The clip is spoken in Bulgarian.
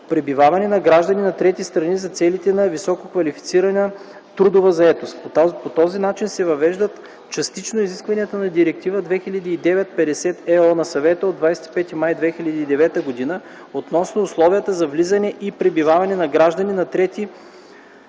Пребиваване на граждани на трети страни за целите на висококвалифицирана трудова заетост. По този начин се въвеждат частично изискванията на Директива 2009/50/ЕО на Съвета от 25 май 2009 г. относно условията за влизане и пребиваване на граждани на трети държави